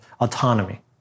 autonomy